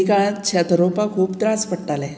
पयलीं काळांत शेत रोवपाक खूब त्रास पडटाले